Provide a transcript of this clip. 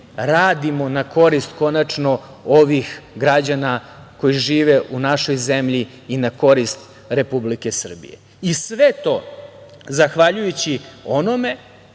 radimo na korist, konačno, ovih građana koji žive u našoj zemlji i na korist Republike Srbije. Sve to zahvaljujući onome